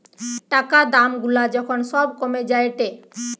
টাকা দাম গুলা যখন সব কমে যায়েটে